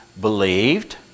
believed